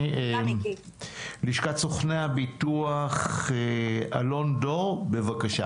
לשכת סוכני הביטוח, אלון דור, בבקשה.